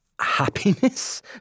Happiness